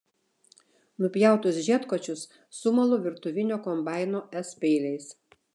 nupjautus žiedkočius sumalu virtuvinio kombaino s peiliais